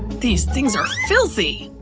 these things are filthy!